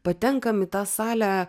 patenkam į tą salę